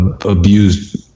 abused